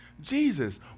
Jesus